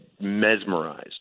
mesmerized